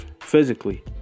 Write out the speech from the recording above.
physically